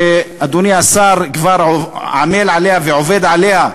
שאדוני השר כבר עמל עליה ועובד עליה,